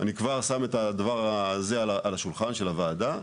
אני כבר שם את הדבר הזה על השולחן של הוועדה,